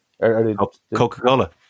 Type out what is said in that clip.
Coca-Cola